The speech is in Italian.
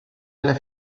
alla